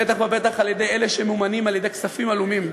בטח ובטח לא על-ידי אלה שממומנים בכספים עלומים.